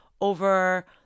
over